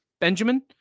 benjamin